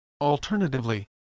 Alternatively